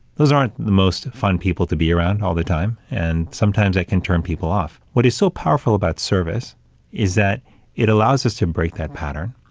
those aren't the most fun people to be around all the time. and sometimes that can turn people off. what is so powerful about service is that it allows us to break that pattern,